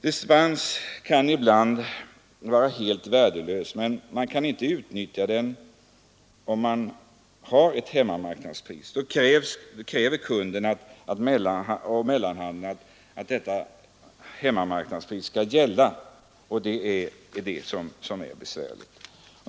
Dispens kan ibland vara värdefull, men man kan inte utnyttja den om man har ett hemmamarknadspris, ty då kräver kunden-mellanhanden att marknadspriset skall gälla. Det är mycket besvärligt.